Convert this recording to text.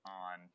on